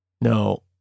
no